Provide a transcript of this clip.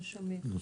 בבקשה.